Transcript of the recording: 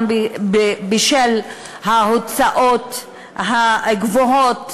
גם בשל ההוצאות הגבוהות,